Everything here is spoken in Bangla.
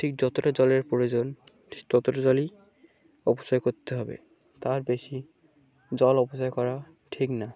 ঠিক যতোটা জলের প্রয়োজন ততটা জলই অপচয় করতে হবে তার বেশি জল অপচয় করা ঠিক না